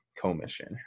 commission